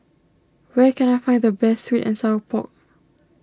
where can I find the best Sweet and Sour Pork